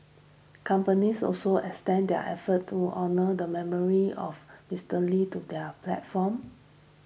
companies also extended their efforts to honour the memory of Mister Lee to their platforms